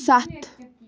سَتھ